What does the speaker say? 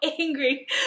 angry